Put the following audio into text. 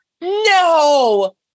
No